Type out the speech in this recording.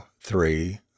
three